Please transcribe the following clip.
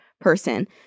person